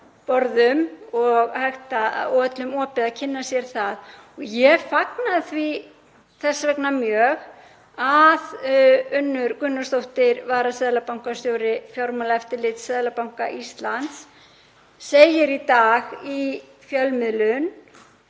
og öllum opið að kynna sér það. Ég fagna því þess vegna mjög að Unnur Gunnarsdóttir, varaseðlabankastjóri Fjármálaeftirlits Seðlabanka Íslands, segir í dag í fjölmiðlun